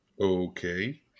okay